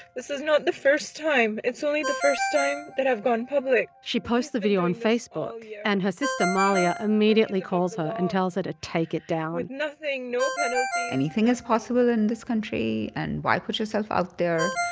this is not the first time. it's only the first time that i've gone public she posts the video on facebook. and her sister mahlia immediately calls her and tells her to take it down. with nothing, no penalties anything is possible in this country. and why put yourself out there?